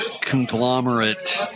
conglomerate